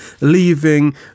leaving